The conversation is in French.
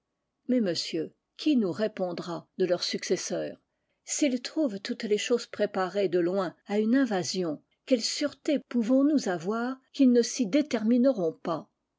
mais monsieur qui nous répondra de leurs successeurs s'ils trouvent toutes les choses préparées de loin à une invasion quelle sûreté pouvons-nous avoir qu'ils ne s'y détermineront pas